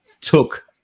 took